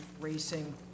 racing